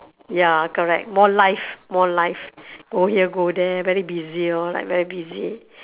ya correct more life more life go here go there very busy hor like very busy